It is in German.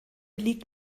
liegt